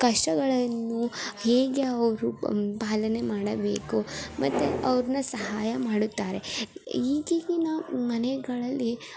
ಕಷ್ಟಗಳನ್ನು ಹೇಗೆ ಅವರು ಪಾಲನೆ ಮಾಡಬೇಕು ಮತ್ತೆ ಅವ್ರನ್ನ ಸಹಾಯ ಮಾಡುತ್ತಾರೆ ಈಗೀಗಿನ ಮನೆಗಳಲ್ಲಿ